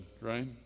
right